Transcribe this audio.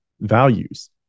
values